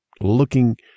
looking